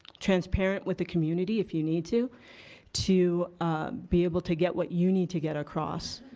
transparent with the community if you need to to be able to get what you need to get across